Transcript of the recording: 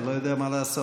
אני לא יודע מה לעשות.